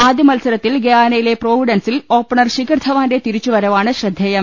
ആദ്യ മത്സ രത്തിൽ ഗയാനയിലെ പ്രോവിഡൻസിൽ ഓപ്പണർ ശിഖർധവാന്റെ തിരിച്ചുവരവാണ് ശ്രദ്ധേയം